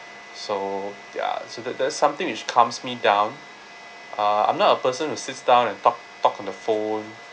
so ya so that there's something which calms me down uh I'm not a person who sits down and talk talk on the phone